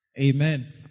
Amen